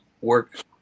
work